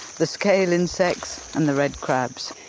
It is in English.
the scale insects and the red crabs?